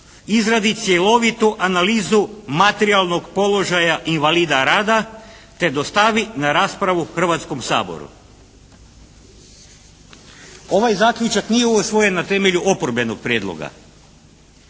izradi cjelovitu analizu materijalnog položaja invalida rada, te dostavi na raspravu Hrvatskom saboru. Ovaj Zaključak nije usvojen na temelju oporbenog prijedloga,